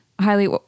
highly